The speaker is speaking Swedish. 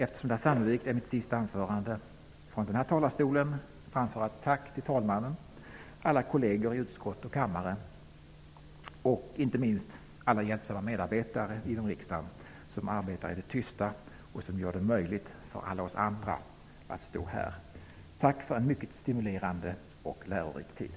Eftersom detta sannolikt är mitt sista anförande från denna talarstol vill jag framföra ett tack till talmannen, alla kolleger i utskottet och i kammaren samt inte minst alla hjälpsamma medarbetare inom riksdagen som arbetar i det tysta och gör det möjligt för alla oss andra att stå här. Tack för en mycket stimulerande och lärorik tid!